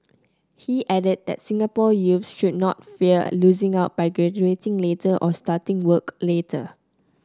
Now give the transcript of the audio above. he added that Singapore youths should not fear losing out by graduating later or starting work later